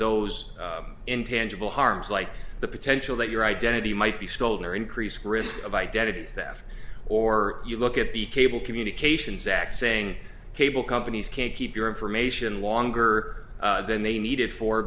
those intangible harms like the potential that your identity might be sold increased risk of identity theft or you look at the cable communications act saying cable companies can't keep your information longer than they needed for